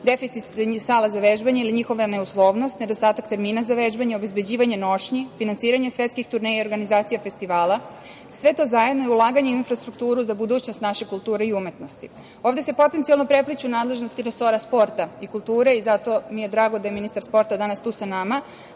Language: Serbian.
Deficit sala za vežbanje ili njihova neuslovnost, nedostatak termina za vežbanje, obezbeđivanje nošnji, finansiranje svetskih turneja i organizacija festivala, sve to zajedno je ulaganje u infrastrukturu za budućnost naše kulture i umetnosti. Ovde se potencijalno prepliću nadležnosti resora sporta i kulture i zato mi je drago da je ministar sporta danas tu sa nama,